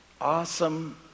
awesome